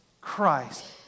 Christ